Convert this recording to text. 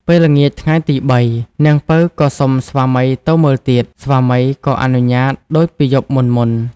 ពេលល្ងាចថ្ងៃទី៣ នាងពៅក៏សុំស្វាមីទៅមើលទៀត ស្វាមីក៏អនុញ្ញាតដូចពីយប់មុនៗ។